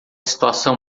situação